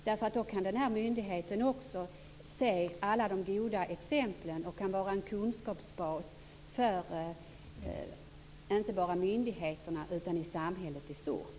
Då kan myndigheten se alla de goda exemplen och vara en kunskapsbas för inte bara myndigheterna utan i samhället i stort.